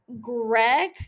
greg